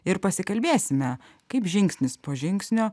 ir pasikalbėsime kaip žingsnis po žingsnio